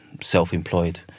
self-employed